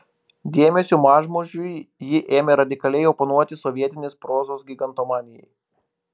dėmesiu mažmožiui ji ėmė radikaliai oponuoti sovietinės prozos gigantomanijai